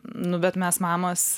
nu bet mes mamos